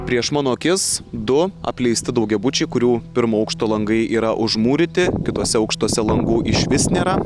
prieš mano akis du apleisti daugiabučiai kurių pirmo aukšto langai yra užmūryti kituose aukštuose langų išvis nėra